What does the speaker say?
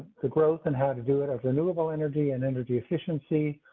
the growth and how to do it as a noble energy and energy efficiency,